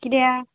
किद्या